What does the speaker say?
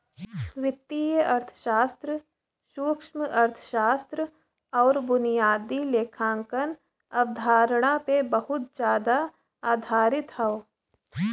वित्तीय अर्थशास्त्र सूक्ष्मअर्थशास्त्र आउर बुनियादी लेखांकन अवधारणा पे बहुत जादा आधारित हौ